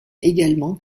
également